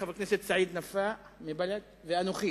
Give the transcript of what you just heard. חבר הכנסת סעיד נפאע מבל"ד וגם אנוכי,